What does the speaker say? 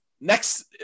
Next